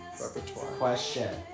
Question